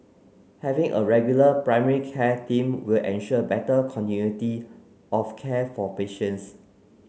having a regular primary care team will ensure better continuity of care for patients